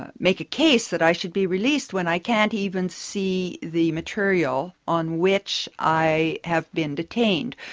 ah make a case that i should be released, when i can't even see the material on which i have been detained?